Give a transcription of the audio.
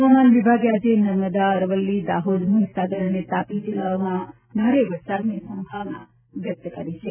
હવામાન વિભાગે આજે નર્મદા અરવલ્લી દાહોદ મહીસાગર અને તાપી જિલ્લાઓ ભારે વરસાદની સંભાવના વ્યક્ત કરી છે